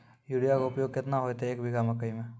Urea के उपयोग केतना होइतै, एक बीघा मकई मे?